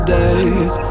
days